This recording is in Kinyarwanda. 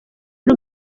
ari